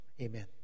Amen